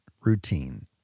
routine